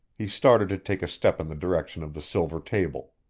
he started to take a step in the direction of the silver table.